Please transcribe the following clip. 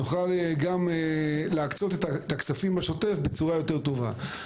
נוכל גם להקצות את הכספים בשוטף בצורה יותר טובה.